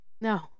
no